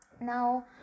Now